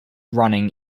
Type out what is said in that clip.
running